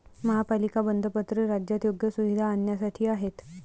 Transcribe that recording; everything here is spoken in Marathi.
महापालिका बंधपत्रे राज्यात योग्य सुविधा आणण्यासाठी आहेत